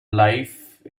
life